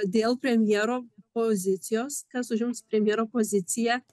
dėl premjero pozicijos kas užims premjero poziciją